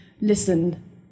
listen